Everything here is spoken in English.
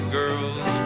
girls